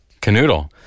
Canoodle